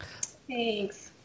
Thanks